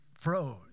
froze